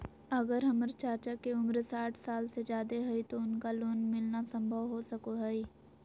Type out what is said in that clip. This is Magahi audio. अगर हमर चाचा के उम्र साठ साल से जादे हइ तो उनका लोन मिलना संभव हो सको हइ?